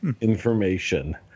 information